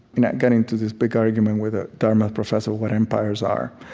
you know got into this big argument with a dartmouth professor, what empires are.